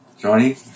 Johnny